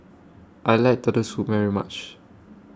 I like Turtle Soup very much